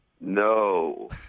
No